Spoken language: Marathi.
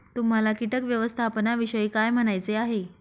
तुम्हाला किटक व्यवस्थापनाविषयी काय म्हणायचे आहे?